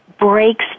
breaks